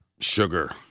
sugar